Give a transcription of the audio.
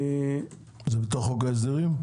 זה במסגרת חוק ההסדרים?